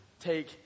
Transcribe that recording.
take